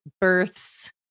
births